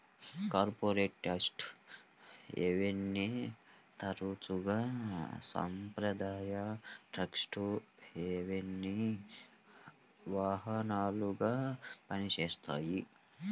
corporate tax హెవెన్ని తరచుగా సాంప్రదాయ ట్యేక్స్ హెవెన్కి వాహనాలుగా పనిచేస్తాయి